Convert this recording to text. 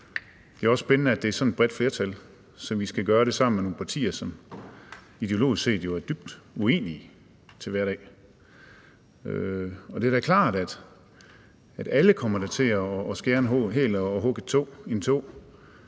det er også spændende, at det er sådan et bredt flertal, så vi skal gøre det sammen som nogle partier, som jo ideologisk set er dybt uenige til hverdag. Det er da klart, at alle kommer til at skære en hæl og hugge en tå.